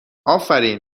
آفرین